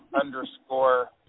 underscore